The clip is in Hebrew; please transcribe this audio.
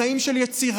בחיים של יצירה,